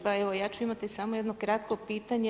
Pa evo ja ću imati samo jedno kratko pitanje.